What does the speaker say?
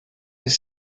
des